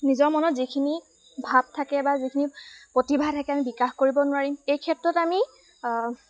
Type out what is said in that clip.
নিজৰ মনত যিখিনি ভাৱ থাকে বা যিখিনি প্ৰতিভা থাকে আমি বিকাশ কৰিব নোৱাৰিম এই ক্ষেত্ৰত আমি